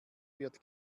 wird